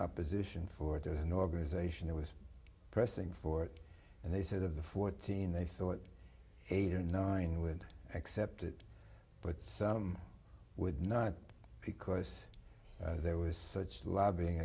opposition for it as an organization that was pressing for it and they said of the fourteen they thought eight or nine would accept it but some would not because there was such lobbying